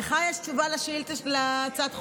לך יש תשובה על הצעת החוק?